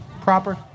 proper